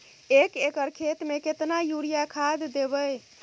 एक एकर खेत मे केतना यूरिया खाद दैबे?